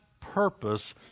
purpose